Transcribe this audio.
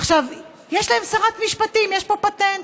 עכשיו, יש להם שרת משפטים, יש פה פטנט,